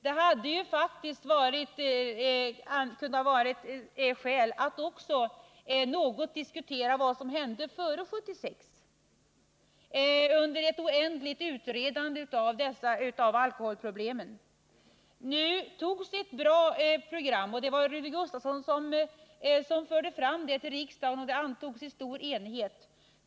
Det kunde faktiskt ha funnits skäl att också något diskutera vad som hände före 1976, under ett oändligt utredande av alkoholproblemen. Nu har ett bra program antagits. Det var Rune Om åtgärder mot Gustavsson som förde fram det till riksdagen, och det antogs i stor enighet.